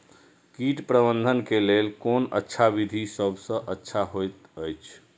कीट प्रबंधन के लेल कोन अच्छा विधि सबसँ अच्छा होयत अछि?